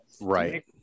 right